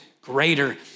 greater